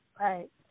right